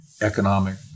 economic